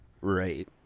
Right